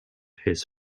his